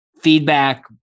feedback